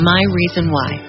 MyReasonWhy